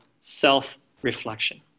self-reflection